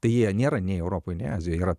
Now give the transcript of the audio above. tai jie nėra nei europoj nei azijoj jie yra